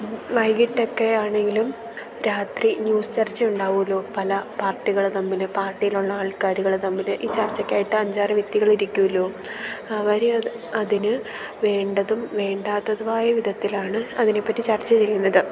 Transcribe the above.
വൈകിട്ടൊക്കെ ആണെങ്കിലും രാത്രി ന്യൂസ് ചർച്ച ഉണ്ടാവുമല്ലോ പല പാർട്ടികൾ തമ്മിൽ പാർട്ടിയിലുള്ള ആൾക്കാരുകൾ തമ്മിൽ ഈ ചർച്ചക്കായിട്ട് അഞ്ചാറ് വ്യക്തികൾ ഇരിക്കുമല്ലോ അവർ അതിന് വേണ്ടതും വേണ്ടാത്തതുമായ വിധത്തിലാണ് അതിനെ പറ്റി ചർച്ച ചെയ്യുന്നത്